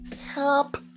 help